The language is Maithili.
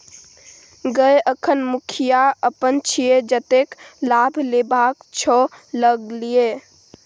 गय अखन मुखिया अपन छियै जतेक लाभ लेबाक छौ ल लए